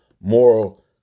moral